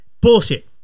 Bullshit